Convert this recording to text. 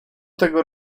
tego